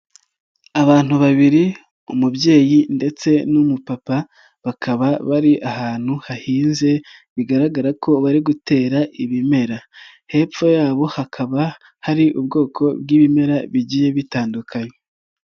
Abantu babiri umubyeyi ndetse n'umupapa, bakaba bari ahantu hahinze, bigaragara ko bari gutera ibimera, hepfo yabo hakaba hari ubwoko bw'ibimera bigiye bitandukanye.